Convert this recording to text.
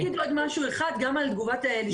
אני אגיד עוד משהו אחד גם על תגובת לשכת עורכי הדין.